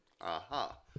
Aha